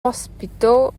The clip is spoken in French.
hôpitaux